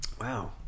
Wow